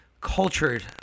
cultured